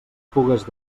pugues